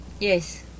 Yes